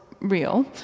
real